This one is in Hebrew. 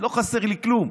לא חסר לי כלום,